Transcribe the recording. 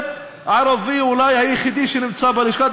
העובד הערבי אולי היחידי שנמצא בלשכה.